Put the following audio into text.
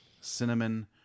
cinnamon